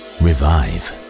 revive